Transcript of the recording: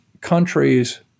countries